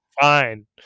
fine